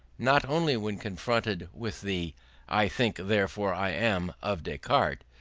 not only when confronted with the i think, therefore i am of descartes,